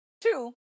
Two